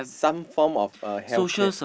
some form of a healthcare